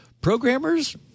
Programmers